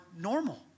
normal